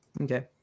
Okay